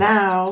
Now